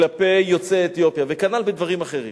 כלפי יוצאי אתיופיה, וכנ"ל בדברים אחרים.